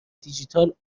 دیجیتال